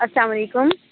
السّلام علیکم